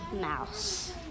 mouse